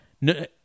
No